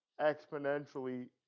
exponentially